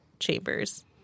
Chambers